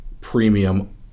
premium